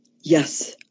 Yes